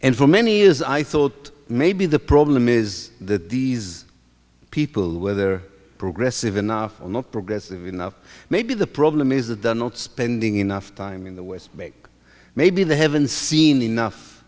and for many years i thought maybe the problem is that these people whether progressive enough or not progressive enough maybe the problem is that they're not spending enough time in the west maybe they haven't seen enough